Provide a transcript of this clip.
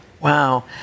Wow